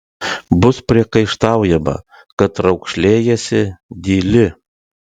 bus priekaištaujama kad raukšlėjiesi dyli